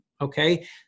okay